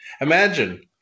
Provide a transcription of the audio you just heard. Imagine